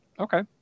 Okay